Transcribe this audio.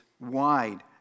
wide